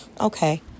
Okay